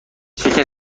کسی